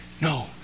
No